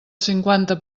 cinquanta